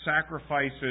sacrifices